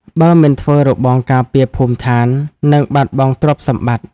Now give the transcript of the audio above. បើមិនធ្វើរបងការពារភូមិស្ថាននឹងបាត់បង់ទ្រព្យសម្បត្តិ។